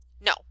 No